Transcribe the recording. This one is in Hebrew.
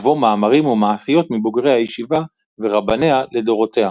ובו מאמרים ומעשיות מבוגרי הישיבה ורבניה לדורותיה.